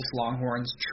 Longhorns